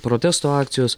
protesto akcijos